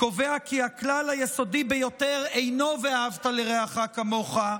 קובע כי הכלל היסודי ביותר אינו "ואהבת לרעך כמוך"